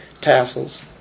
tassels